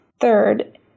Third